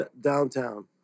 downtown